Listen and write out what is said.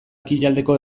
ekialdeko